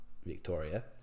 Victoria